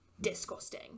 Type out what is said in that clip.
Disgusting